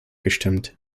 gestimmt